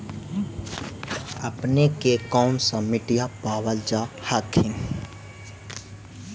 अपने के कौन सा मिट्टीया पाबल जा हखिन?